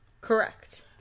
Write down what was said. Correct